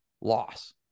loss